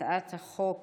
ההצעה להעביר את הצעת חוק